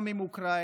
גם עם אוקראינה,